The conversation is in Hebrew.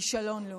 לכישלון לאומי.